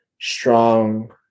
strong